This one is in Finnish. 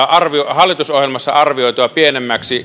hallitusohjelmassa arvioitua pienemmäksi